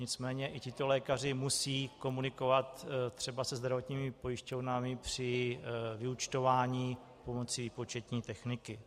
Nicméně i tito lékaři musí komunikovat třeba se zdravotními pojišťovnami při vyúčtování pomocí výpočetní techniky.